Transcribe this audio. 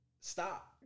stop